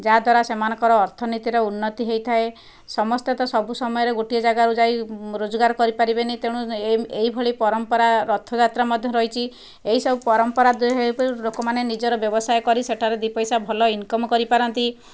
ଯାହାଦ୍ଵାରା ସେମାନଙ୍କର ଅର୍ଥନୀତିରେ ଉନ୍ନତି ହୋଇଥାଏ ସମସ୍ତେ ତ ସବୁ ସମୟରେ ଗୋଟିଏ ଜାଗାକୁ ଯାଇ ରୋଜଗାର କରିପାରିବେନି ତେଣୁ ଏ ଏହିଭଳି ପରମ୍ପରା ରଥଯାତ୍ରା ମଧ୍ୟ ରହିଛି ଏହିସବୁ ପରମ୍ପରା ଲୋକମାନେ ନିଜର ବ୍ୟବସାୟ କରି ସେଠାରେ ଦି ପଇସା ଭଲ ଇନ୍କମ କରିପାରନ୍ତି